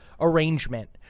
arrangement